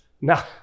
Now